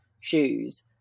shoes